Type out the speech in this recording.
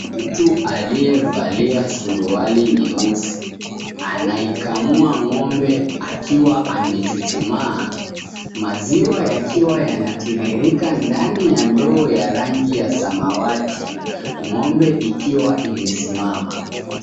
Mtu aliyevalia suruali nyeusi anaikamua ng'ombe akiwa amechuchumaa, maziwa yakiwa yanatiririka ndani ya ndoo ya rangi ya samawati ng'ombe ikiwa imesimama.